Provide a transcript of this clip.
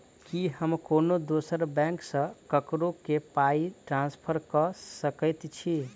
की हम कोनो दोसर बैंक सँ ककरो केँ पाई ट्रांसफर कर सकइत छि?